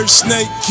snake